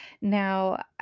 Now